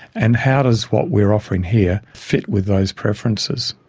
and how does what we're offering here fit with those preferences?